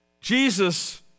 Jesus